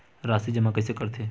राशि जमा कइसे करथे?